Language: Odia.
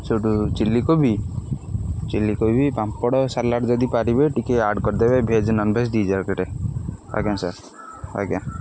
ସେଇଠୁ ଚିଲ୍ଲି କୋବି ଚିଲ୍ଲି କୋବି ପାମ୍ପଡ଼ ସାଲାଡ଼୍ ଯଦି ପାରିବେ ଟିକେ ଆଡ଼୍ କରିଦେବେ ଭେଜ୍ ନନ୍ଭେଜ୍ ଦୁଇ ଜାଗା ପ୍ଲେଟ୍ ଆଜ୍ଞା ସାର୍ ଆଜ୍ଞା